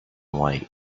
white